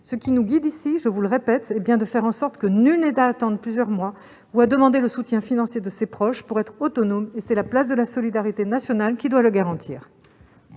Ce qui nous guide ici, je le répète, c'est bien de faire en sorte que nul n'ait à attendre plusieurs mois ou à demander le soutien financier de ses proches pour être autonome. C'est à la solidarité nationale de le garantir.